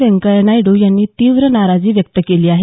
व्यंकैय्या नायडू यांनी तीव्र नाराजी व्यक्त केली आहे